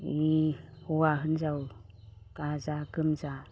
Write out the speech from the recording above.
हौवा हिनजाव गाजा गोमजा